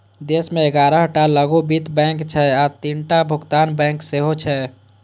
देश मे ग्यारह टा लघु वित्त बैंक छै आ तीनटा भुगतान बैंक सेहो छै